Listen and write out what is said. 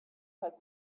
had